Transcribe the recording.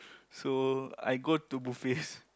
so I go to buffets